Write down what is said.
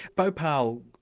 bhopal,